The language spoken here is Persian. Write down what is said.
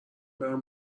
برم